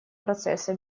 процесса